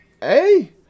Hey